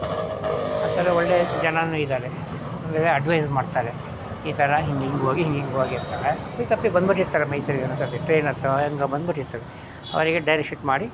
ಆ ಥರ ಒಳ್ಳೆ ಜನರು ಇದ್ದಾರೆ ಅಂದರೆ ಅಡ್ವೈಸ್ ಮಾಡ್ತಾರೆ ಈ ಥರ ಹಿಂಗೆ ಹಿಂಗೆ ಹೋಗಿ ಹಿಂಗೆ ಹಿಂಗೆ ಹೋಗಿ ಅಂತಾರೆ ಅಪ್ಪಿತಪ್ಪಿ ಬಂದ್ಬಿಟ್ಟಿರ್ತಾರೆ ಮೈಸೂರಿಗೆ ಒಂದೊಂದು ಸರ್ತಿ ಟ್ರೇನ್ ಹತ್ತೋ ಹೇಗೋ ಬಂದ್ಬಿಟ್ಟಿರ್ತಾರೆ ಅವರಿಗೆ ಡೈರಿ ಶೂಟ್ ಮಾಡಿ